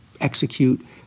execute